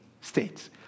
States